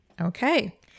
Okay